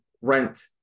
rent